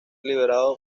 liberado